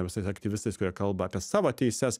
visais aktyvistais kurie kalba apie savo teises